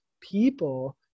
people